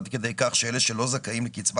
עד כדי כך ששיעור העוני של אלה שלא זכאים לקצבה